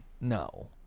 No